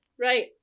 Right